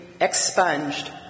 expunged